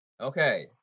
Okay